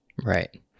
Right